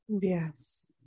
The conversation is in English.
Yes